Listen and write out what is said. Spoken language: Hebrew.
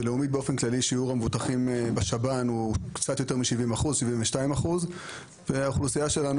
בלאומית באופן כללי שיעור המבוטחים בשב"ן הוא 72%. האוכלוסייה שלנו